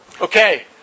Okay